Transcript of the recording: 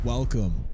Welcome